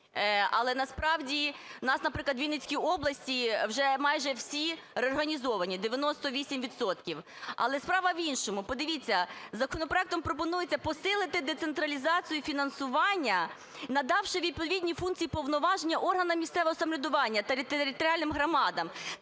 Але насправді у нас, наприклад, у Вінницькій області вже майже всі реорганізовані, 98 відсотків. Але справа в іншому. Подивіться, законопроектом пропонується посилити децентралізацію фінансування, надавши відповідні функції і повноваження органам місцевого самоврядування та територіальним громадам.